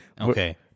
Okay